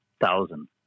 thousand